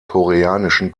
koreanischen